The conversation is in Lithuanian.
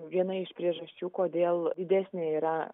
viena iš priežasčių kodėl didesnė yra